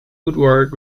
woodward